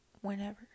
Whenever